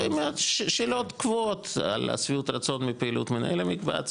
שאלות קבועות על שביעות רצון מפעילות מנהל המקבץ,